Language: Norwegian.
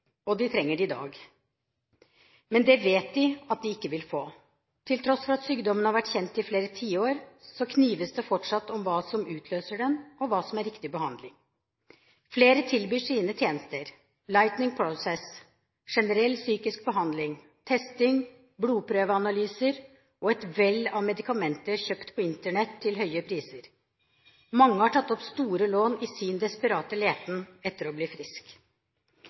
hjelp, de trenger den i dag, men de vet at de ikke vil få den. Til tross for at sykdommen har vært kjent i flere tiår, knives det fortsatt om hva som utløser den, og hva som er riktig behandling. Flere tilbyr sine tjenester: Lightning Prosess, generell psykiatrisk behandling, testing, blodprøveanalyser og et vell av medikamenter kjøpt på Internett til høye priser. Mange har tatt opp store lån i sin desperate søken etter å bli